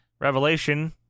revelation